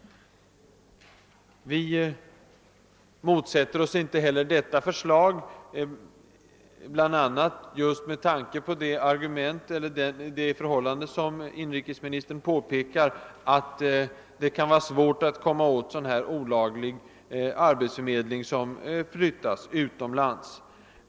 Vi motsätter oss inte heller detta förslag, bl.a. just med tanke på det argument som inrikesministern framför, att det kan vara svårt att komma åt olaglig arbetsförmedling om den flyttas utomlands.